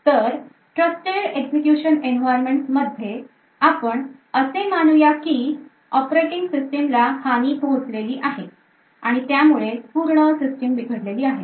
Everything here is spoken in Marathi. तर Trusted Execution Environments मध्ये आपण असे मानू या की operating system ला हानी पोहोचलेली आहे आणि त्यामुळे पूर्ण सिस्टीम बिघडलेली आहे